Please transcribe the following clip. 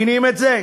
אתם מבינים את זה?